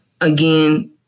again